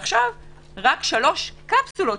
ועכשיו רק שלוש קפסולות,